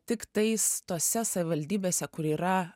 tiktais tose savivaldybėse kur yra